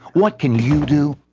what can you do?